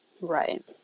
Right